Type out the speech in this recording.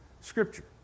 Scripture